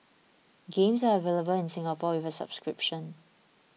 games are available in Singapore with a subscription